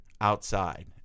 outside